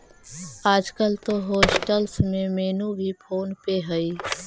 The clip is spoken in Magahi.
आजकल तो होटेल्स में मेनू भी फोन पे हइ